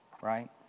right